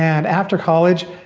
and after college,